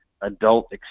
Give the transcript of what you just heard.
adult